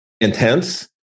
intense